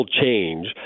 change